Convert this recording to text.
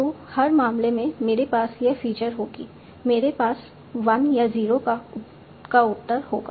तो हर मामले में मेरे पास यह फ़ीचर होगी मेरे पास 1 या 0 का उत्तर होगा